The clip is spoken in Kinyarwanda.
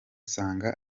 usanga